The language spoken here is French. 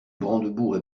brandebourgs